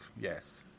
yes